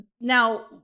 Now